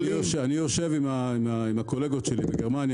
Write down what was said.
אני יושב עם הקולגות שלי בגרמניה,